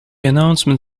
announcement